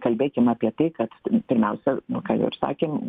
kalbėkim apie tai kad pirmiausia nu ką ir sakėm